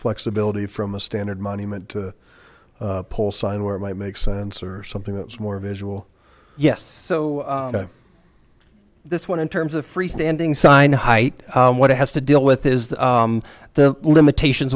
flexibility from a standard money meant to pull sign where it might make sense or something that's more visual yes so this one in terms of free standing sign height what it has to deal with is that there are limitations